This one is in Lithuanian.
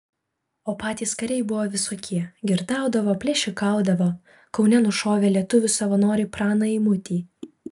o patys kariai buvo visokie girtaudavo plėšikaudavo kaune nušovė lietuvių savanorį praną eimutį